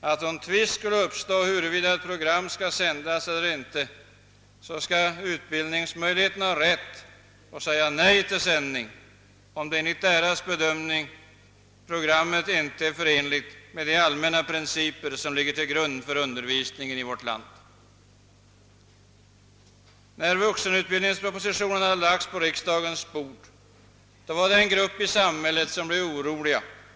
att om tvist skulle uppstå huruvida ett program skall sändas eller inte, skall utbildningsmyndigheterna ha rätt att säga nej till sändning, ifall programmet enligt deras bedömning inte är förenligt med de allmänna principer som ligger till grund för undervisningen i vårt land. När = vuxenutbildningspropositionen lades på riksdagens bord var det en grupp i samhället som blev orolig.